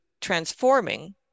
transforming